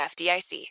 FDIC